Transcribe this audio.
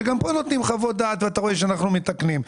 שגם פה נותנים חוות דעת ואתה רואה שאנחנו מתקנים.